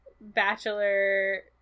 bachelor